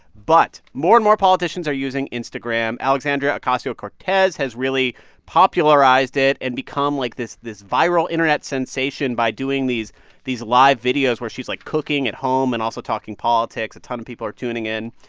but more and more politicians are using instagram. alexandria ocasio-cortez has really popularized it and become, like, this this viral internet sensation by doing these these live videos where she's, like, cooking at home and also talking politics. a ton of people are tuning in.